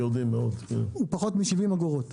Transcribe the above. פחות מ-70 אגורות.